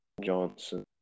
Johnson